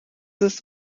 ist